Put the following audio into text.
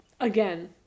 again